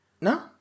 No